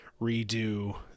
redo